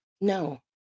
No